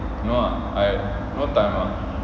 no ah I no time lah